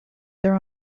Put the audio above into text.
there